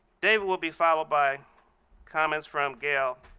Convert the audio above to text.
david will be followed by comments from gail